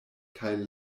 kaj